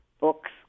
books